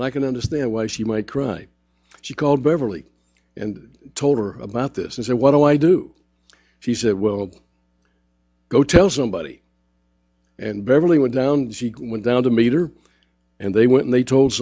and i can understand why she might cry she called beverly and told her about this and said what do i do she said well go tell somebody and beverly went down sheikh went down to meet her and they went they told